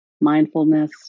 mindfulness